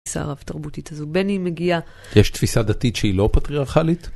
תפיסה רב תרבותית הזו, בני מגיע. יש תפיסה דתית שהיא לא פטריארכלית?